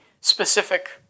specific